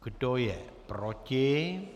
Kdo je proti?